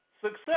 Success